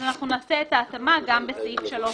אז אנחנו נעשה את ההתאמה גם בסעיף 3(ג).